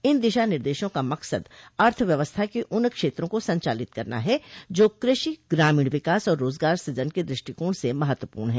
इन दिशा निर्देशों का मकसद अर्थव्यवस्था के उन क्षेत्रों को संचालित करना है जो कृषि ग्रामीण विकास और रोजगार सूजन के द्रष्टिकोण से महत्वपूर्ण है